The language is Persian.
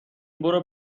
برو